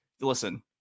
listen